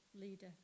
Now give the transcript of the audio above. leader